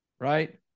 right